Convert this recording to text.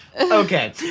Okay